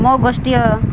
ମୋ ଗୋଷ୍ଠିର